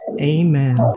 Amen